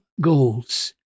goals